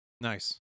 Nice